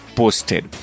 posted